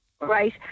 right